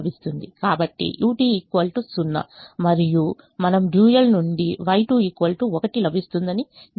కాబట్టి u20 మరియు మనం డ్యూయల్ నుండి Y2 1 లభిస్తుందని గ్రహించాము